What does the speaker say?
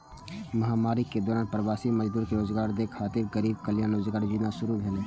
महामारी के दौरान प्रवासी मजदूर कें रोजगार दै खातिर गरीब कल्याण रोजगार योजना शुरू भेलै